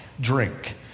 drink